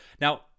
now